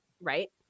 right